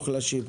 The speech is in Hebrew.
המוחלשים.